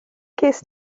ges